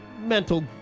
Mental